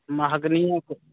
महगनियोके